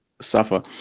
suffer